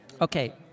Okay